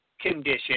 condition